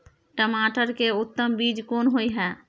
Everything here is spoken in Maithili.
टमाटर के उत्तम बीज कोन होय है?